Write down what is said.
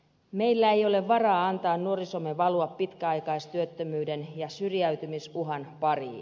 meillä ei ole varaa antaa nuorisomme valua pitkäaikaistyöttömyyden ja syrjäytymisuhan pariin